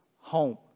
home